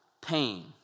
pain